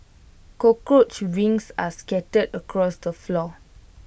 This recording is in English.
cockroach wings were scattered across the floor